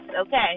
okay